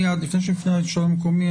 לפני שנפנה לשלטון המקומי,